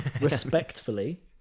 Respectfully